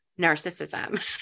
narcissism